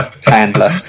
handler